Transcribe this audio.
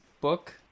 book